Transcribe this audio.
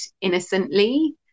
innocently